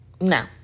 No